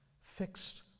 fixed